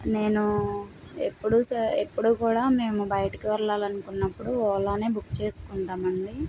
నేను ఎప్పుడు ఎప్పుడు కూడా మేము బయటకు వెళ్లాలనుకున్నప్పుడు ఓలా నే బుక్ చేసుకుంటామండీ